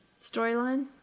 storyline